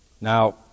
Now